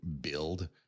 build